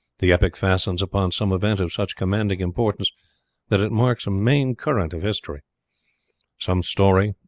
the epic fastens upon some event of such commanding importance that it marks a main current of history some story,